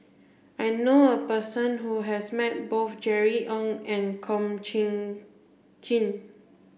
I know a person who has met both Jerry Ng and Kum Chee Kin